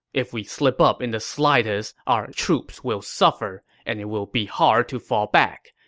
if we slip up in the slightest, our troops will suffer, and it will be hard to fall back.